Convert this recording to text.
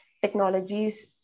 technologies